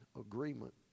agreement